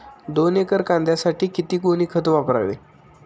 दोन एकर कांद्यासाठी किती गोणी खत वापरावे?